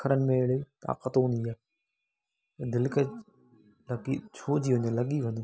अख़रनि में अहिड़ी ताक़त हूंदी आहे दिलि खे लॻी छू जी लॻी वञे